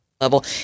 level